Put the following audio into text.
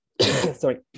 sorry